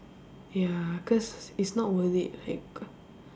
ya cause it's not worth it like